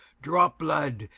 drop blood,